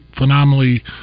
phenomenally